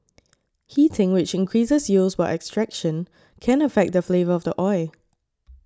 heating which increases yields while extraction can affect the flavour of the oil